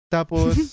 Tapos